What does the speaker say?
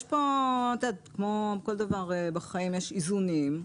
כמו כל דבר בחיים, יש איזונים.